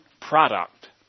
product